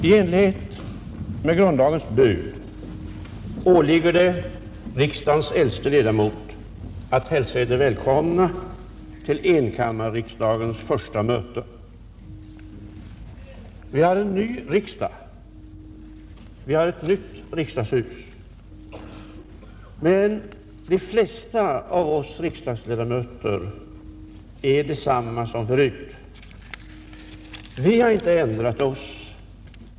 I enlighet med grundlagens bud åligger det riksdagens äldste ledamot att hälsa er välkomna till enkammarriksdagens första möte. Vi har en ny riksdag och ett nytt riksdagshus. Men de flesta av oss riksdagsledamöter är desamma som förut. Vi har inte ändrat oss.